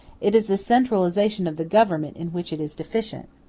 it is the centralization of the government in which it is deficient.